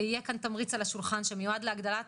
ויהיה כאן תמריץ על השולחן שמיועד להגדלת